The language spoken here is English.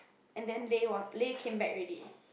and then Lei will Lei came back ready